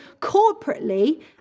corporately